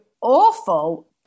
awful